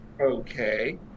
Okay